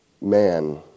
man